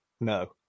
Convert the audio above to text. No